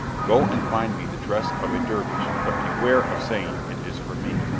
go and find me the dress of a dervish, but beware of saying it is for me.